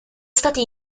stati